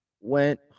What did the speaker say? went